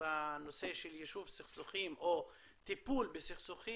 בנושא של יישוב סכסוכים או טיפול בסכסוכים,